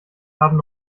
haben